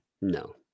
No